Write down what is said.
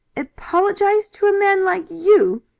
apologize to a man like you!